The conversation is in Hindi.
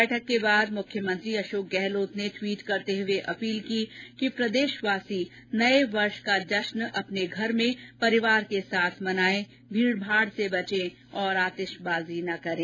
बैठक के बाद मुख्यमंत्री अशोक गहलोत ने ट्वीट करते हुए अपील की कि प्रदेशवासी नए वर्ष का जश्न अपने घर में परिवार के साथ मनाएं भीड़भाड़ से बचें और आतिशबाजी न करें